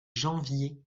janvier